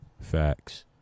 Facts